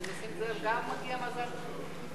לנסים זאב מגיע מזל טוב.